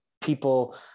people